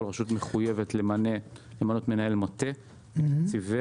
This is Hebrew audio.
כל רשות מחויבת למנות מנהל מטה מתקציביה,